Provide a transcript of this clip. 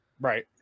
Right